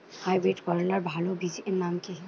Hybrid করলার ভালো বীজের নাম কি?